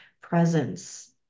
presence